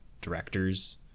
directors